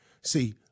See